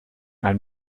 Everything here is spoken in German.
ein